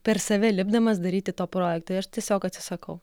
per save lipdamas daryti to projekto aš tiesiog atsisakau